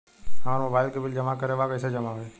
हमार मोबाइल के बिल जमा करे बा कैसे जमा होई?